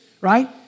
right